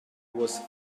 was